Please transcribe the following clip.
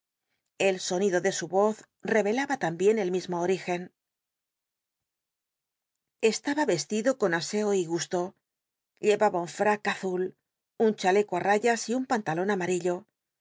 el sonido de su oz rerelaba lambien el mismo origen estaba eslido con asco y gusto llevaba un fmc azul un chaleco i rayas y un pantalon amarillo